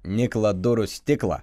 niklą durų stiklą